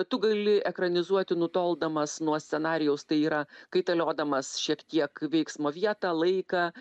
tu gali ekranizuoti nutoldamas nuo scenarijaus tai yra kaitaliodamas šiek tiek veiksmo vietą laiką